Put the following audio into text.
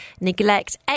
neglect